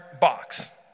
box